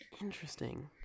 interesting